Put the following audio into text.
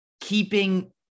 keeping